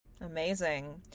Amazing